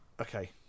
Okay